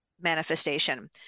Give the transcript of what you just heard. manifestation